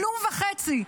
כלום וחצי,